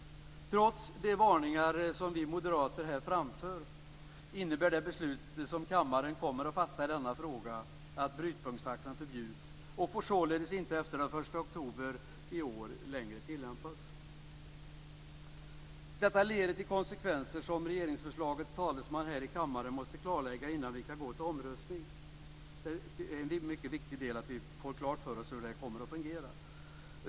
Trots de varningar som vi moderater här framför innebär det beslut som kammaren kommer att fatta i denna fråga att brytpunktstaxan förbjuds. Den får således inte längre tillämpas efter den 1 oktober i år. Detta får konsekvenser som regeringsförslagets talesman här i kammaren måste klarlägga innan vi kan gå till omröstning. Det är mycket viktigt att vi får klart för oss hur det kommer att fungera.